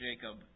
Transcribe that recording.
Jacob